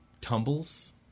tumbles